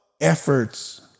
efforts